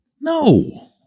No